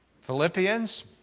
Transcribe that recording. Philippians